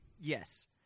Yes